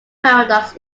paradox